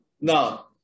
Now